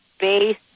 base